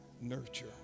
nurture